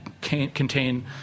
contain